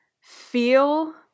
feel